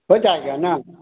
हो जाएगा ना